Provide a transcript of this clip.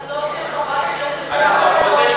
המלצות של חברת הכנסת זהבה גלאון.